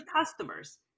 customers